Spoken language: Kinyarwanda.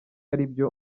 aribyo